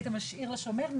היית משאיר אצל השומר.